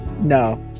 No